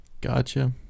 Gotcha